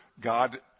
God